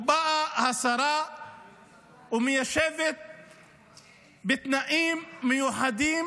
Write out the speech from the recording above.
ובאה השרה ומיישבת בתנאים מיוחדים